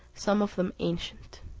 some of them ancient.